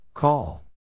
Call